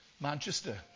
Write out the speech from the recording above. Manchester